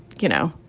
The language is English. you know,